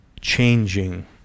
changing